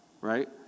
Right